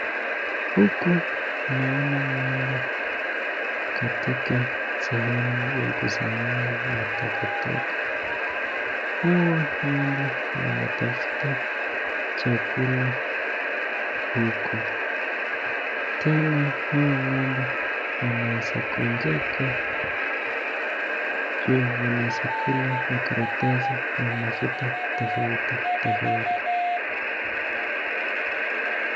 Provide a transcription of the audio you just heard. Huku, naona ng'ombe katika sehemu ya kusanyia matakataka. Hawa ng'ombe wanatafuta chakula huku. Tena, hawa ng'ombe wanaweza gonjeka ju wanaeza kula makaratasi ya mafuta tofauti tofauti.